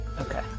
Okay